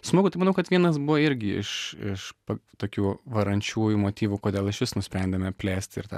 smagu tai manau kad vienas buvo irgi iš iš pa tokių varančiųjų motyvų kodėl išvis nusprendėme plėsti ir tą